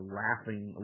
laughing